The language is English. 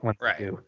Right